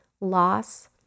loss